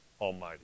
Almighty